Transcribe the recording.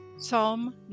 Psalm